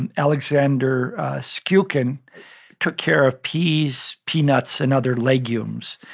and alexander stchukin took care of peas, peanuts, and other legumes.